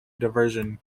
diversion